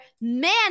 man